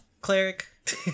cleric